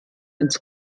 ins